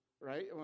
right